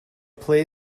play